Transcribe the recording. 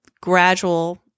gradual